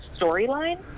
storyline